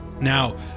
Now